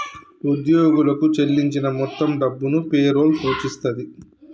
ఉద్యోగులకు చెల్లించిన మొత్తం డబ్బును పే రోల్ సూచిస్తది